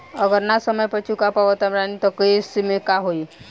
अगर ना समय पर चुका पावत बानी तब के केसमे का होई?